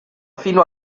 fino